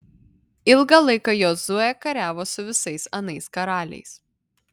ilgą laiką jozuė kariavo su visais anais karaliais